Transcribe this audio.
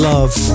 Love